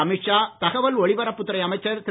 அமீத் ஷா தகவல் ஒலிபரப்பு துறை அமைச்சர் திரு